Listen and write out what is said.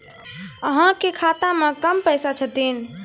अहाँ के खाता मे कम पैसा छथिन?